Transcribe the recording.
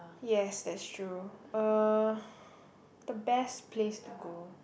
yes that's true uh the best place to go